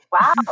wow